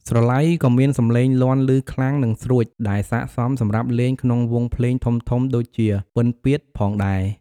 ស្រឡៃក៏មានសំឡេងលាន់ឮខ្លាំង និងស្រួច ដែលស័ក្តិសមសម្រាប់លេងក្នុងវង់ភ្លេងធំៗដូចជា ពិណពាទ្យផងដែរ។